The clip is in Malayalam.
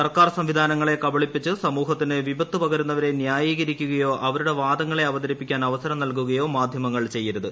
സർക്കാർ സംവിധാനങ്ങളെ കബളിപ്പിച്ച് സമൂഹത്തിന് വിപത്ത് പകരുന്നവരെ ന്യായീകരിക്കുകയോ അവരുടെ വാദങ്ങളെ അവതരിപ്പിക്കാൻ അവസരം നൽകുകയോ മാധ്യമങ്ങൾ ചെയ്യരുത്